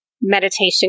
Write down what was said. meditation